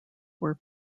were